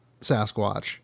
Sasquatch